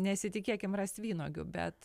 nesitikėkim rast vynuogių bet